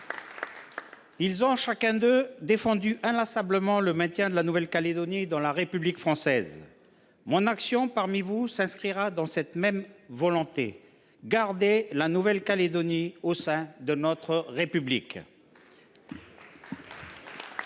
Poadja. Chacun d’eux a défendu inlassablement le maintien de la Nouvelle Calédonie dans la République française. Mon action parmi vous s’inscrira dans cette même volonté : garder la Nouvelle Calédonie au sein de notre République